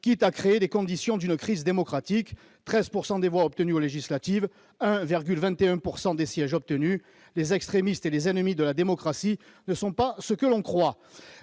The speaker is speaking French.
quitte à créer les conditions d'une crise démocratique : 13 % des voix obtenues aux élections législatives pour 1,21 % des sièges ... Les extrémistes et les ennemis de la démocratie ne sont pas ceux que l'on croit